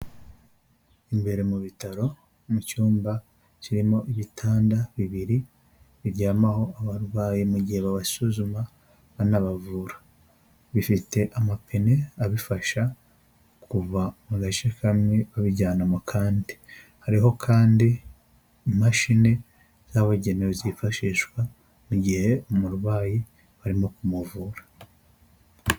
Imbere mu bitaro, mu cyumba kirimo ibitanda bibiri biryamaho abarwayi mu gihe babasuzuma banabavura, bifite amapine abifasha kuva mu gace kamwe babijyana mu kandi. Hariho kandi imashini zabugenewe zifashishwa mu gihe umurwayi barimo kumuvura.